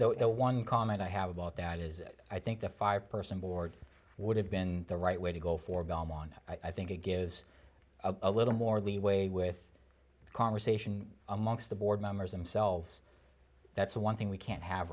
the one comment i have about that is that i think the five person board would have been the right way to go for belmont i think it gives a little more leeway with conversation amongst the board members themselves that's one thing we can't have